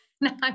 Now